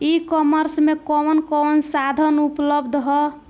E commerce में कवन कवन साधन उपलब्ध ह?